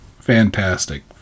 fantastic